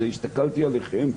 הזה הסתכלתי עליכם,